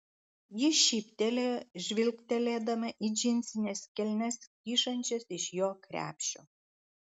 ji šyptelėjo žvilgtelėdama į džinsines kelnes kyšančias iš jo krepšio